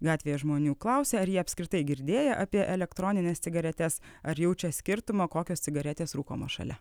gatvėje žmonių klausė ar jie apskritai girdėję apie elektronines cigaretes ar jaučia skirtumo kokios cigaretės rūkomos šalia